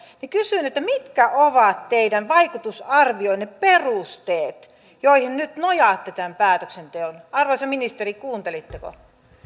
kysyn teiltä mitkä ovat teidän vaikutusarvionne perusteet joihin nyt nojaatte tämän päätöksenteon arvoisa ministeri kuuntelitteko